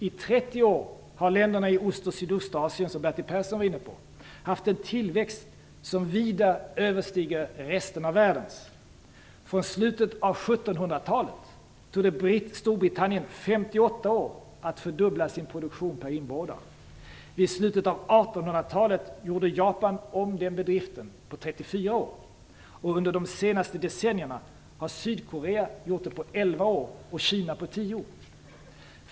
I 30 år har länderna i Ost och Sydostasien, som Bertil Persson var inne på, haft en tillväxt som vida överstiger resten av världens. Från slutet av 1700-talet tog det Storbritannien 58 år att fördubbla sin produktion per invånare. Vid slutet av 1800-talet gjorde Japan om den bedriften på 34 år. Under de senaste decennierna har Sydkorea gjort det på 11 år och Kina på 10.